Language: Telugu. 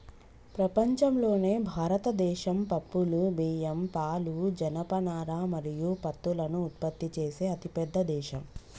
ప్రపంచంలోనే భారతదేశం పప్పులు, బియ్యం, పాలు, జనపనార మరియు పత్తులను ఉత్పత్తి చేసే అతిపెద్ద దేశం